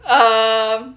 um